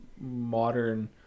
modern